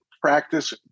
Practice